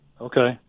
Okay